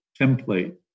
template